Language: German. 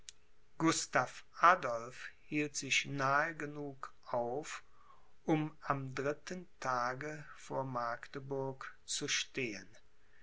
gustav adolph hielt sich nahe genug auf um am dritten tage vor magdeburg zu stehen